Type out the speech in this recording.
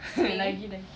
hmm lagi lagi